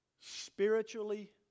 spiritually